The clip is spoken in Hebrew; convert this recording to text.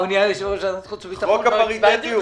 כבוד היושב ראש, משפט אחד.